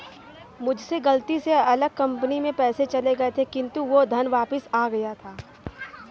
मुझसे गलती से अलग कंपनी में पैसे चले गए थे किन्तु वो धन वापिस आ गया था